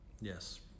Yes